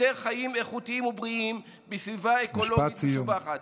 יותר חיים איכותיים ובריאים בסביבה אקולוגית משובחת,